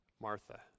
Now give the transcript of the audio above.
Martha